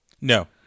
No